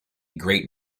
great